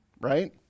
right